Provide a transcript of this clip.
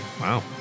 Wow